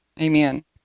amen